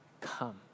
Come